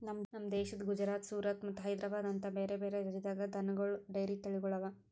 ನಮ್ ದೇಶದ ಗುಜರಾತ್, ಸೂರತ್ ಮತ್ತ ಹೈದ್ರಾಬಾದ್ ಅಂತ ಬ್ಯಾರೆ ಬ್ಯಾರೆ ರಾಜ್ಯದಾಗ್ ದನಗೋಳ್ ಡೈರಿ ತಳಿಗೊಳ್ ಅವಾ